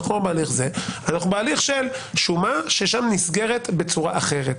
אנחנו בהליך של שומה ששם נסגרת בצורה אחרת.